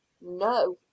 No